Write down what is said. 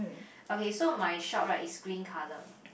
okay so my shop right is green colour